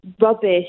rubbish